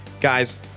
Guys